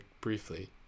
briefly